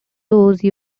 those